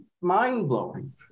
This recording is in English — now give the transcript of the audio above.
mind-blowing